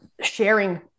sharing